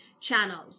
channels